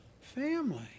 family